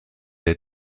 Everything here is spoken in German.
der